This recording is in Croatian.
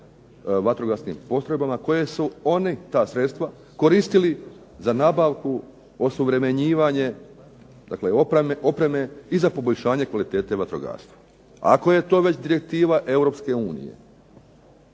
vatrogasnim postrojbama koje su oni, ta sredstva, koristili za nabavku osuvremenjivanje dakle opreme i za poboljšanje kvalitete vatrogastva. Ako je to već direktiva Europske unije,